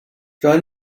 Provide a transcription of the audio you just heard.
join